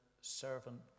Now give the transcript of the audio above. servant